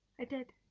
i did!